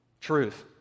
Truth